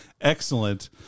excellent